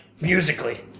musically